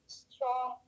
strong